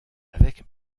avec